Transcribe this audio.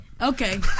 Okay